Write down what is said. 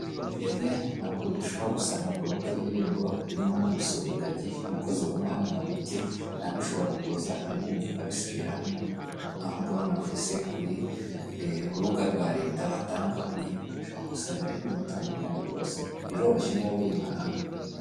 Bimwe navugaga ushobora gusanga ku rubuga rw'irembo birimo no gusura ingagi, nk'uko uzibona nabyo ushobora kuza ukabisabira hano, aho ngaho navuze ku rubuga rwa leta batangaho nyine. Ushobora gusabiraho ibintu bitandukanye rwose, biroroshye n'iyo waba uri i mahanga.